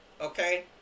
okay